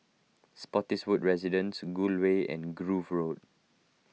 Spottiswoode Residences Gul Way and Grove Road